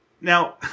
Now